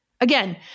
Again